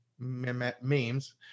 memes